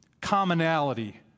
commonality